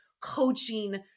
coaching